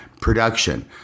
production